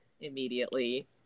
immediately